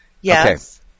Yes